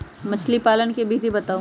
मछली पालन के विधि बताऊँ?